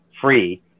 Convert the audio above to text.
free